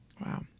Wow